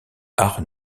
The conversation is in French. art